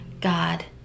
God